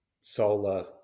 solar